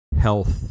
health